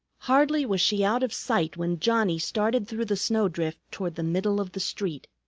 hardly was she out of sight when johnnie started through the snowdrift toward the middle of the street.